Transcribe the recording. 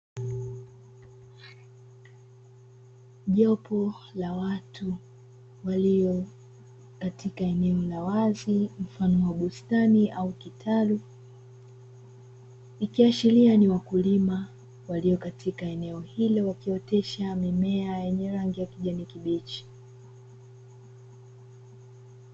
Jopo la watu walio katika eneo la wazi mfano wa bustani au kitalu, ikiashiria ni wakulima walio katika eneo hilo wakiotesha mimea yenye rangi ya kijani kibichi.